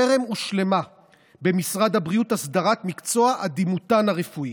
טרם הושלמה במשרד הבריאות הסדרת מקצוע הדימותן הרפואי.